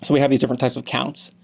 so we have these different types of counts.